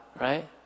right